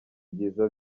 byiza